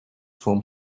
from